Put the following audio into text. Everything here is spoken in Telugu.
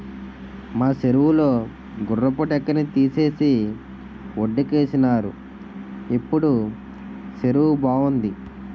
మా సెరువు లో గుర్రపు డెక్కని తీసేసి వొడ్డుకేసినారు ఇప్పుడు సెరువు బావుంది